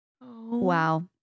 wow